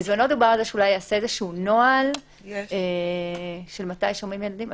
בזמנו דובר על זה שייעשה נוהל, מתי שומעים ילדים.